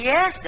Yes